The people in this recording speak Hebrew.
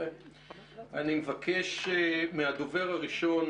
אני מבקש מהדובר הראשון